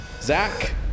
Zach